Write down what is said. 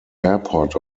airport